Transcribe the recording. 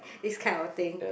this kind of thing